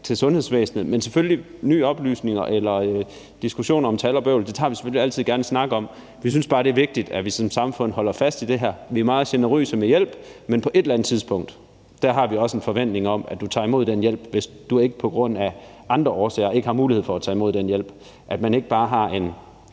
vi altid gerne en snak om nye oplysninger og en diskussion om tal og bøvl. Men vi synes bare, det er vigtigt, at vi som samfund holder fast i det her, altså at vi er meget generøse med hjælp, men at vi på et eller andet tidspunkt også har en forventning om, at du tager imod den hjælp, hvis du ikke af andre årsager ikke har mulighed for at tage imod den hjælp – altså at man ikke bare har en